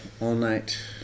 all-night